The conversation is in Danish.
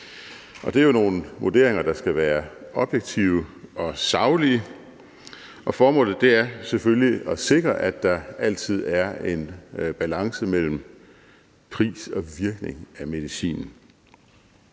Det er jo nogle vurderinger, der skal være objektive og saglige, og formålet er selvfølgelig at sikre, at der altid er en balance mellem prisen og virkningen af medicinen.